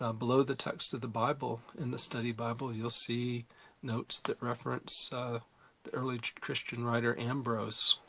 ah below the text of the bible in the study bible, you'll see notes that reference the early christian writer ambrose,